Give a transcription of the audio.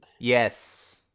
Yes